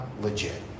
legit